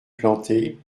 plantées